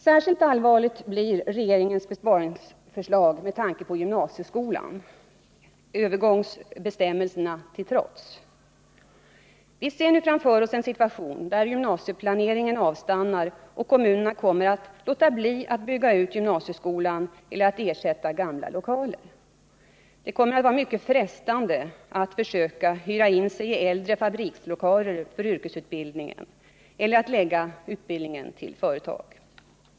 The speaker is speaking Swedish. Särskilt allvarligt blir regeringens besparingsförslag med tanke på gymnasieskolan, övergångsbestämmelserna till trots. Vi ser nu framför oss en situation där gymnasieplaneringen avstannar och kommunerna kommer att låta bli att bygga ut gymnasieskolan eller att ersätta gamla lokaler. Det kommer att vara mycket frestande att för yrkesutbildningen försöka hyra in sig i äldre fabrikslokaler eller att förlägga utbildningen till företag.